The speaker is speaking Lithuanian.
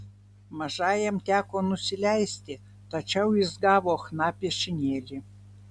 mažajam teko nusileisti tačiau jis gavo chna piešinėlį